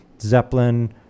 Zeppelin